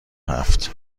هفت